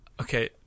Okay